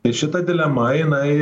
tai šita dilema jinai